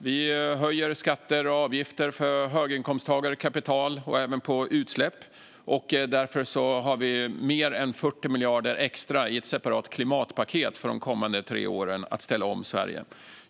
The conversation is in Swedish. Vi höjer skatter och avgifter för höginkomsttagare och kapital och även för utsläpp, och vi har därför mer än 40 miljarder extra i ett separat klimatpaket för de kommande tre åren för att ställa om Sverige.